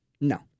No